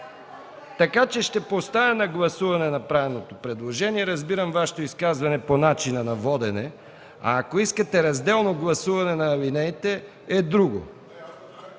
Така че ще поставя на гласуване направеното предложение. Разбирам Вашето изказване по начина на водене, а ако искате разделно гласуване на алинеите, е друго.